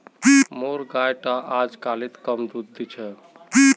मोर गाय टा अजकालित कम दूध दी छ